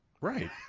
Right